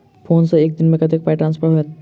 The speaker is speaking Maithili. फोन सँ एक दिनमे कतेक पाई ट्रान्सफर होइत?